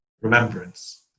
remembrance